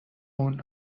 اون